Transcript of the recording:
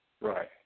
Right